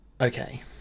Okay